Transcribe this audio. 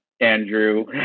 Andrew